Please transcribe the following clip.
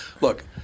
Look